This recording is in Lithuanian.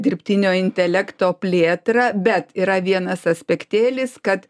dirbtinio intelekto plėtrą bet yra vienas aspektėlis kad